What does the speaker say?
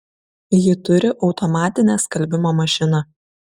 ji turi automatinę skalbimo mašiną